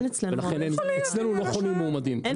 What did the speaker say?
אצלנו לא חונים מועמדים.